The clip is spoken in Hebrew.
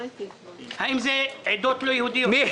האם זה עדות לא יהודיות?